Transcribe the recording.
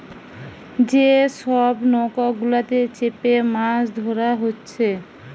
যে সব নৌকা গুলাতে চেপে মাছ ধোরা হচ্ছে